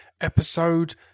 episode